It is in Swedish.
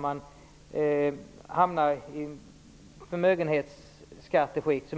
Man hamnar i ett förmögenhetsskikt